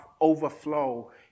overflow